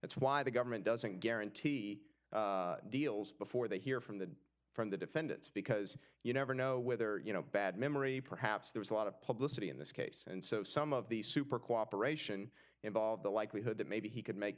that's why the government doesn't guarantee deals before they hear from the from the defendants because you never know whether you know bad memory perhaps there is a lot of publicity in this case and so some of these super cooperation involve the likelihood that maybe he could make